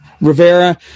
Rivera